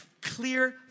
clear